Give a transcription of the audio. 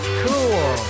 cool